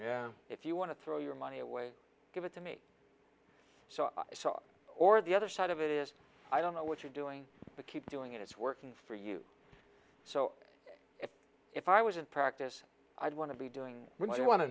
away if you want to throw your money away give it to me so i saw or the other side of it is i don't know what you're doing but keep doing it it's working for you so if i was in practice i'd want to be doing what i want to